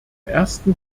ersten